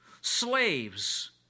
Slaves